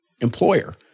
employer